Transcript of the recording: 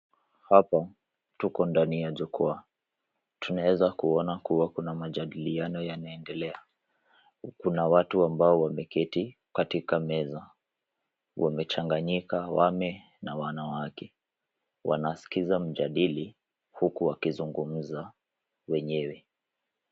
Hapa tuko ndani ya jukwaa. Tunaweza kuona kuwa kuna majadiliano yanaendelea. Kuna watu ambao wameketi katika meza, wamechanganyika wame na wanawake. Wanasikiza mjadili huku wakizungumza wenyewe.